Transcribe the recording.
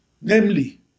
namely